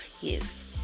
yes